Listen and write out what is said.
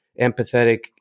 empathetic